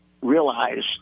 realize